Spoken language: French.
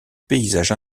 paysage